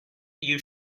you